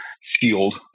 shield